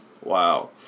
Wow